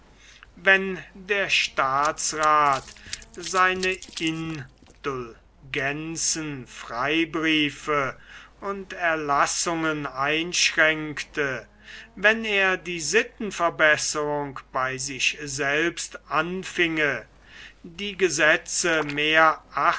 wenn der staatsrath seine indulgenzen freibriefe und erlassungen einschränkte wenn er die sittenverbesserung bei sich selbst anfinge die gesetze mehr